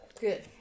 Good